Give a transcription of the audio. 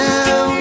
Now